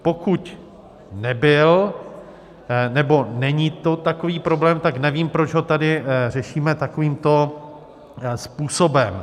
Pokud nebyl nebo není to takový problém, tak nevím, proč ho tady řešíme takovýmto způsobem.